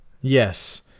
Yes